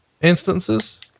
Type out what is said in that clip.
instances